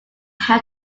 have